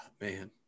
man